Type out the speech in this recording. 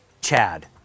Chad